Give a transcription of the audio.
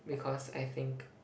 because I think